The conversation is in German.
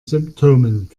symptomen